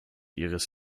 ihres